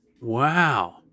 wow